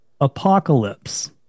apocalypse